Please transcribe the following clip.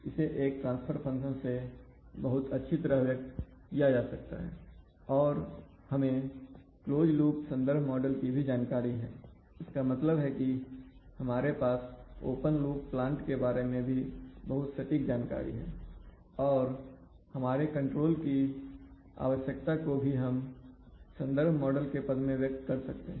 इसे एक transfer function से बहुत अच्छी तरह व्यक्त किया जा सकता है और हमें क्लोज लूप संदर्भ मॉडल की भी जानकारी है इसका मतलब है कि हमारे पास ओपन लूप प्लांट के बारे में भी बहुत सटीक जानकारी है और हमारे कंट्रोल की आवश्यकता को भी हम संदर्भ मॉडल के पद में व्यक्त कर सकते हैं